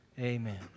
amen